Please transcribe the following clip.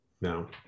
no